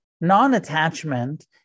Non-attachment